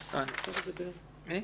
אדוני.